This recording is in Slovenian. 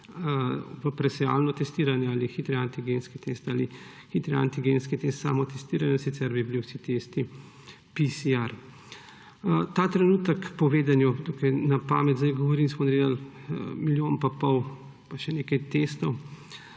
presejalno testiranje, ali hitri antigenski test ali hitri antigenski test s samotestiranjem, sicer bi bili vsi testi PCR. Ta trenutek smo po vedenju, tukaj zdaj na pamet govorim, delali milijon in pol pa še nekaj testov